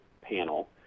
panel